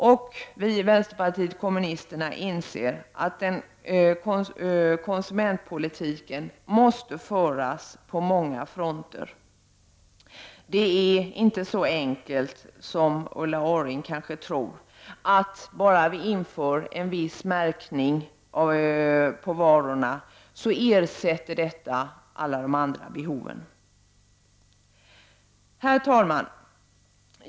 Vi i vpk inser att konsumentpolitiken måste föras på många fronter. Det är inte så enkelt som Ulla Orring kanske tror, att bara vi inför en viss märkning av varor försvinner alla andra behov. Herr talman!